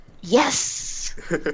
Yes